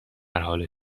حال